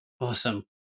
Awesome